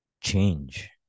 change